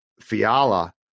Fiala